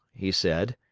he said,